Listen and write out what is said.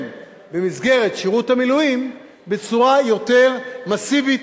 במסגרת שירות המילואים בצורה מסיבית,